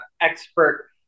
expert